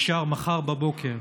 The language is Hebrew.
אפשר מחר בבוקר,